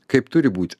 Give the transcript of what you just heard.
kaip turi būti